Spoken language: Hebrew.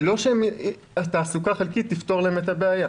זה לא שתעסוקה חלקית תפתור את הבעיה.